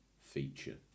feature